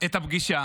את הפגישה